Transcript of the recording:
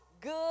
good